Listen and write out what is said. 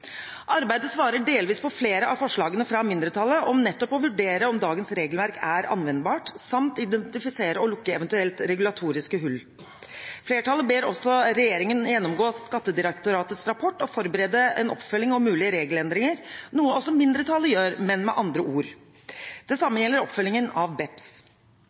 Arbeidet svarer delvis på flere av forslagene fra mindretallet om nettopp å vurdere om dagens regelverk er anvendbart, samt identifisere og lukke eventuelle regulatoriske hull. Flertallet ber også regjeringen gjennomgå Skattedirektoratets rapport og forberede en oppfølging og mulige regelendringer, noe også mindretallet gjør, men med andre ord. Det samme gjelder oppfølgingen av BEPS.